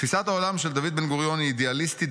תפיסת העולם של ד' בן-גוריון היא אידיאליסטית-דינמית.